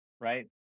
right